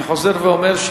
אני חוזר ואומר,